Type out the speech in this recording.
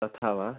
तथा वा